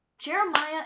Jeremiah